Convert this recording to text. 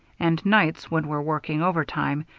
and nights when we're working overtime,